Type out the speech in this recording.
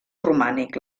romànic